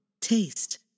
taste